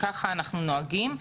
וכך אנחנו נוהגים.